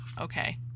okay